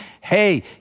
Hey